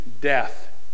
death